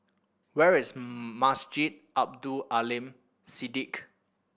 where is Masjid Abdul Aleem Siddique